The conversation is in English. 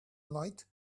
light